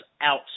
Out